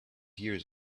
years